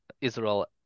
Israel